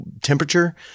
temperature